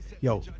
yo